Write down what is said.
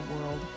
world